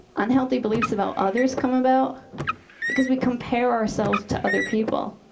unhealthy beliefs about others come about because we compare ourselves to other people.